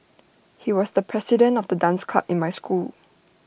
he was the president of the dance club in my school